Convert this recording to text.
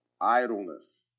idleness